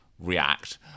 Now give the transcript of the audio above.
react